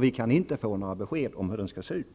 Vi kan inte få några besked om hur den skall se ut.